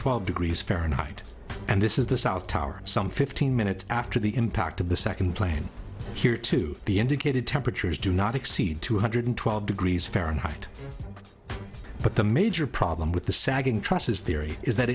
twelve degrees fahrenheit and this is the south tower some fifteen minutes after the impact of the second plane here to the indicated temperatures do not exceed two hundred twelve degrees fahrenheit but the major problem with the sagging trusses theory is that